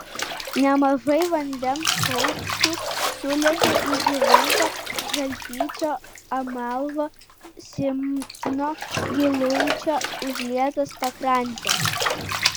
nemažai vandens paukščių sulėkė į žuvinto žaltyčio amalvo simno giluičio užlietas pakrantes